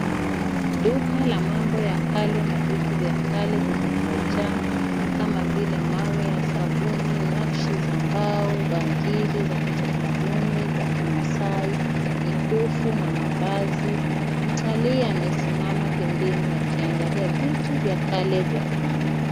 Duka la mambo ya kale na vitu vya kale vilivyojaa kama vile: mawe ya sabuni, nakshi za mbao, bangili za kitamaduni, za Kimaasai, mikufu na mavazi. Mtalii amesimama pembeni akiangalia vitu vya kale vya kununua.